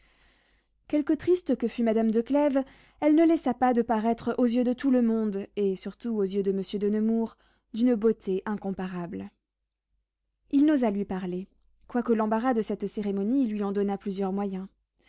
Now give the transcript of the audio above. quelque triste que fût madame de clèves elle ne laissa pas de paraître aux yeux de tout le monde et surtout aux yeux de monsieur de nemours d'une beauté incomparable il n'osa lui parler quoique l'embarras de cette cérémonie lui en donnât plusieurs moyens